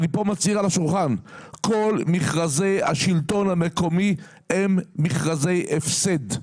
אני מצהיר כאן ליד השולחן שכל מכרזי השלטון המקומי הם מכרזי הפסד.